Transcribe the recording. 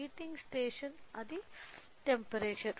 heating station అది temperature